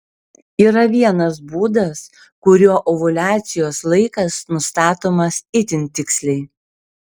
yra vienas būdas kuriuo ovuliacijos laikas nustatomas itin tiksliai